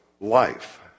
life